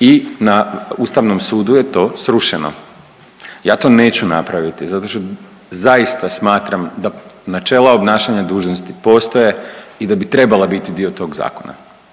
i na Ustavnom sudu je to srušeno. Ja to neću napraviti zato što zaista smatram da načela obnašanja dužnosti postoje i da bi trebala biti dio tog zakona,